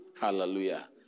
Hallelujah